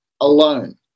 alone